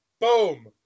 boom